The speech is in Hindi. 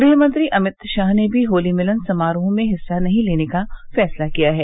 गृहमंत्री अमित शाह ने भी होली मिलन समारोहों में हिस्सा नहीं लेने का फैसला किया है